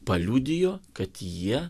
paliudijo kad jie